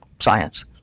science